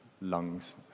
lungs